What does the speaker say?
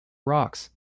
rocks